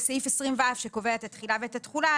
בסעיף 20(ו) שקובע את התחילה ואת התחולה,